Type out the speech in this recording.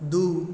दू